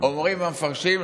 אומרים המפרשים,